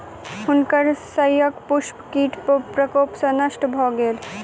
हुनकर शस्यक पुष्प कीट प्रकोप सॅ नष्ट भ गेल